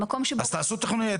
במקום שבו --- אז תעשו תכנון.